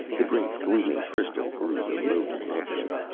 the great glooming crystal grew remote above him.